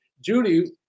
Judy